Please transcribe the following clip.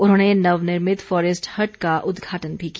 उन्होंने नवनिर्मित forest hut का उदघाटन भी किया